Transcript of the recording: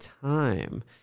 time